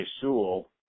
Sewell